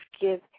give